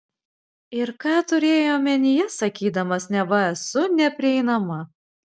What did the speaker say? ir ką turėjai omenyje sakydamas neva esu neprieinama